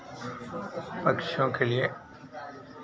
पक्षियों के लिए